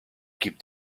keep